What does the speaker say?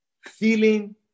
feeling